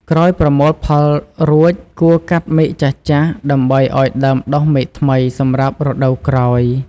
ក្រោយប្រមូលផលរួច គួរកាត់មែកចាស់ៗ ដើម្បីឱ្យដើមដុះមែកថ្មីសម្រាប់រដូវក្រោយ។